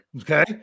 Okay